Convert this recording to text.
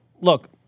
look